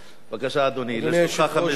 לרשותך חמש דקות.